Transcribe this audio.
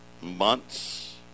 months